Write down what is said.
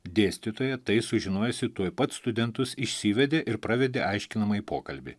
dėstytoja tai sužinojusi tuoj pat studentus išsivedė ir pravedė aiškinamąjį pokalbį